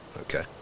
Okay